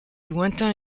lointain